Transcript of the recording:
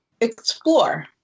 explore